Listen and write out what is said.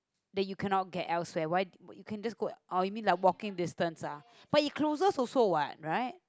the you cannot get else where why you can just go oh you mean like walking distance ah but is closer also what right